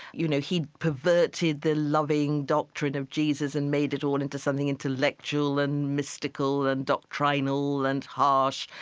you know, he perverted the loving doctrine of jesus and made it all into something intellectual and mystical and doctrinal and harsh.